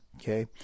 Okay